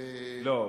לא,